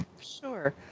Sure